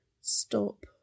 stop